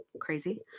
crazy